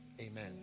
Amen